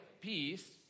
peace